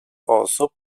osób